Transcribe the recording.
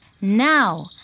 Now